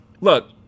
look